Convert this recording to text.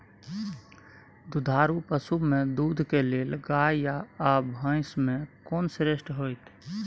दुधारू पसु में दूध के लेल गाय आ भैंस में कोन श्रेष्ठ होयत?